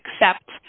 accept